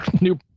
new